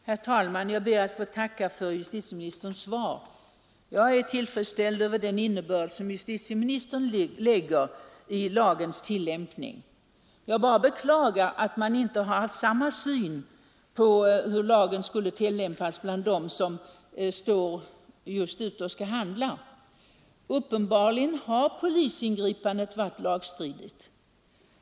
Herr talman! Jag ber att få tacka för justitieministerns svar. Jag är tillfredsställd över den innebörd som justitieministern lägger i lagens tillämpning. Jag bara beklagar att man bland dem som står just ute och skall handla inte har haft samma syn på hur lagen skall tillämpas. Uppenbarligen har polisingripandet varit lagstridigt.